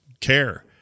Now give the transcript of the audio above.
care